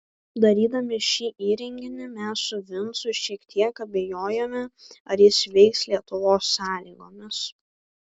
darydami šį įrenginį mes su vincu šiek tiek abejojome ar jis veiks lietuvos sąlygomis